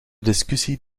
discussie